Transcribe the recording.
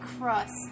crust